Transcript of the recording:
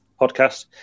podcast